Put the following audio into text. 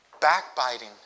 backbiting